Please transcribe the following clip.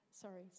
sorry